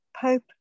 Pope